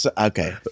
okay